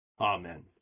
Amen